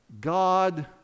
God